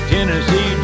Tennessee